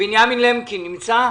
בנימין למקין נמצא בזום?